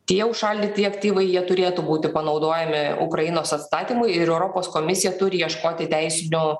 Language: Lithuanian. tie užšaldyti aktyvai jie turėtų būti panaudojami ukrainos atstatymui ir europos komisija turi ieškoti teisinio